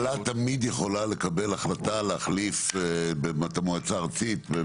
הממשלה תמיד יכולה לקבל החלטה להחליף את המועצה הארצית.